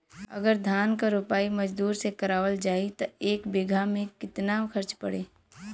अगर धान क रोपाई मजदूर से करावल जाई त एक बिघा में कितना खर्च पड़ी?